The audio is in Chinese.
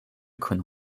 可能